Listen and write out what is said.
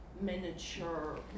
miniature